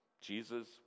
jesus